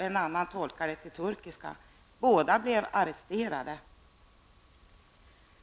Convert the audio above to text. en annan tolkade till turkiska. Båda blev arresterade.